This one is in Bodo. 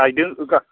बायदों